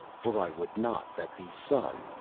for i would not that the sun,